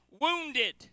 wounded